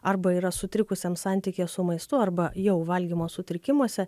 arba yra sutrikusiam santykyje su maistu arba jau valgymo sutrikimuose